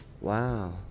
Wow